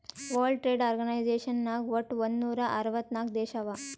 world trade organisation ನಾಗ್ ವಟ್ ಒಂದ್ ನೂರಾ ಅರ್ವತ್ ನಾಕ್ ದೇಶ ಅವಾ